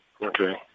Okay